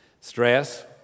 Stress